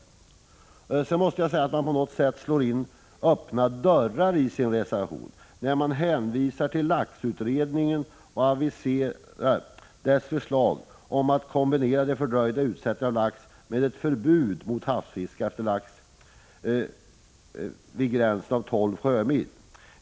14 maj 1986 På något sätt slår man in öppna dörrar i reservationen, när man hänvisar till ät laxfiskeutredningen och avvisar dess förslag om att kombinera den fördröjda eg'ering GYPINsEne på fisk m.m. utsättningen av lax med ett förbud mot havsfiske efter lax vid gränsen av tolv sjömil.